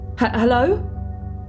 Hello